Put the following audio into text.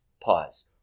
Pause